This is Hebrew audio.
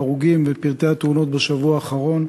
ההרוגים ואת פרטי התאונות בשבוע האחרון.